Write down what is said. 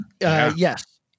Yes